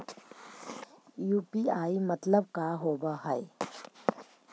UPI मतलब का होब हइ?